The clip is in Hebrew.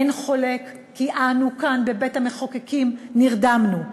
אין חולק כי אנו כאן בבית-המחוקקים נרדמנו,